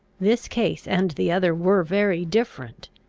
this case and the other were very different.